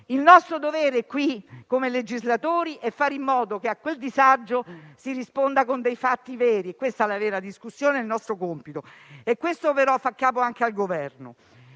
il nostro dovere qui, come legislatori, è fare in modo che a quel disagio si risponda con fatti veri: è questa la vera discussione e il nostro compito. Questo però fa capo anche al Governo.